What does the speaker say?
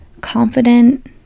confident